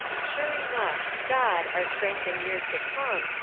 sure enough! god our strength in years to come,